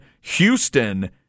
Houston